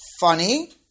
funny